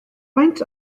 faint